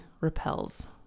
repels